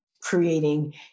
creating